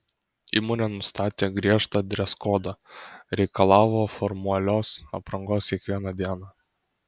įmonė nustatė griežtą dreskodą reikalavo formalios aprangos kiekvieną dieną